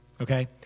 Okay